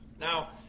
Now